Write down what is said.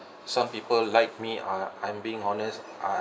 some people like me ah I'm being honest I'll